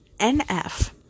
NF